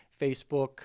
Facebook